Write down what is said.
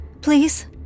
Please